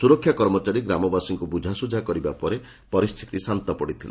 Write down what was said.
ସୁରକ୍ଷା କର୍ମଚାରୀ ଗ୍ରାମବାସୀଙ୍କୁ ବୁଝାସୁଝା କରିବା ପରେ ପରିସ୍ଚିତି ଶାନ୍ତ ପଡିଥିଲା